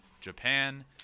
Japan